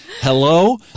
Hello